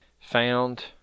found